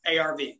ARV